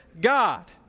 God